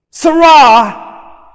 Sarah